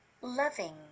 loving